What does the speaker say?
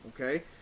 Okay